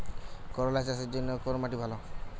করলা চাষের জন্য কোন মাটি ভালো?